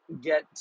get